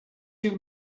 you